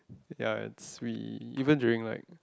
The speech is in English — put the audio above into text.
ya we even during like